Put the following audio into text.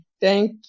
Thank